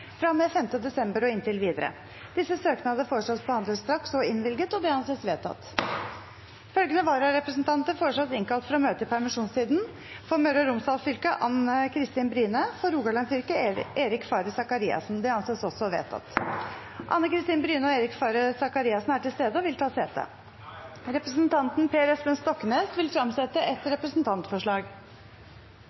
desember og inntil videre Etter forslag fra presidenten ble enstemmig besluttet: Søknadene behandles straks og innvilges. Følgende vararepresentanter innkalles for å møte i permisjonstiden: For Møre og Romsdal fylke: Anne Kristin Bryne For Rogaland fylke: Eirik Faret Sakariassen Anne Kristin Bryne og Eirik Faret Sakariassen er til stede og vil ta sete. Representanten Per Espen Stoknes vil fremsette et representantforslag. Jeg vil framsette et representantforslag